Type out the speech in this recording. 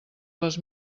les